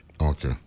Okay